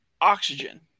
oxygen